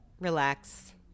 relax